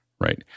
Right